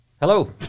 Hello